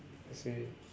you see